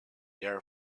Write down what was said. their